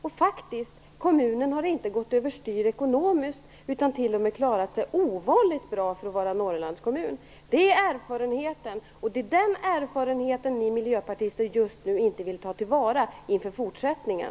Och faktiskt har kommunen inte gått över styr ekonomiskt, utan t.o.m. klarat sig ovanligt bra för att vara en Norrlandskommun. Det är erfarenheten, och det är den erfarenheten ni miljöpartister inte vill ta till vara inför fortsättningen.